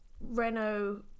Renault